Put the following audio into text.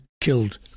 killed